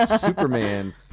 Superman